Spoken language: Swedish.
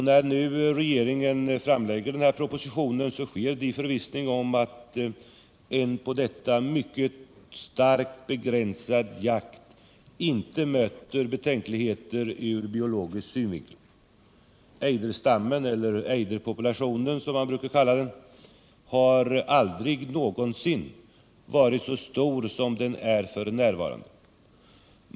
När regeringen nu framlägger den här propositionen sker det i förvissning om att en på detta sätt mycket starkt begränsad jakt inte möter några betänkligheter ur biologisk synvinkel. Ejderstammen -— eller ejderpopulationen, som man brukar kalla den — har aldrig någonsin varit så stor som den är f. n.